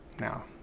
Now